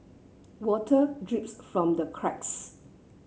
water drips from the cracks